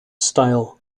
style